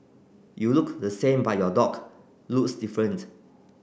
you look the same but your dog looks different